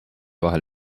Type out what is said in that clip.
vahel